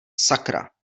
sakra